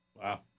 Wow